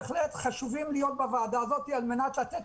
בהחלט חשוב שנהיה בוועדה הזאת על מנת לתת